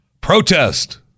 protest